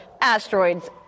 Asteroids